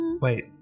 Wait